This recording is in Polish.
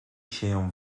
sieją